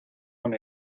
con